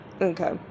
okay